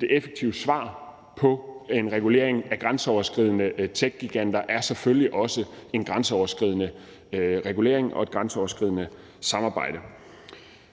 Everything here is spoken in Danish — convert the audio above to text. det effektive svar på en regulering af de grænseoverskridende techgiganter selvfølgelig også er en grænseoverskridende regulering og et grænseoverskridende samarbejde.